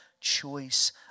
choice